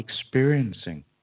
experiencing